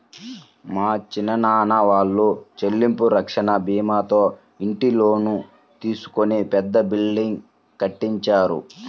మా చిన్నాన్న వాళ్ళు చెల్లింపు రక్షణ భీమాతో ఇంటి లోను తీసుకొని పెద్ద బిల్డింగ్ కట్టించారు